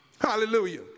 Hallelujah